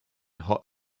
hot